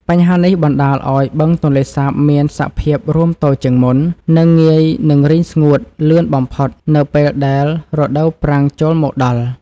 បញ្ហានេះបណ្តាលឱ្យបឹងទន្លេសាបមានសភាពរួមតូចជាងមុន និង ងាយនឹងរីងស្ងួតលឿនបំផុតនៅពេលដែលរដូវប្រាំងចូលមកដល់។